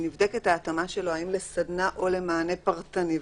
ונבדקת ההתאמה שלו האם לסדנה או למענה פרטני,